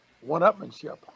one-upmanship